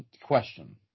question